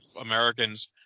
Americans